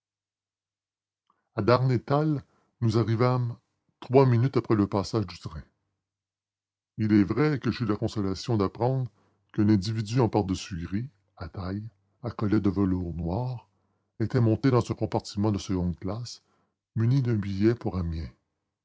darnétal nous arrivâmes trois minutes après le passage du train il est vrai que j'eus la consolation d'apprendre qu'un individu en pardessus gris à taille à collet de velours noir était monté dans un compartiment de seconde classe muni d'un billet pour amiens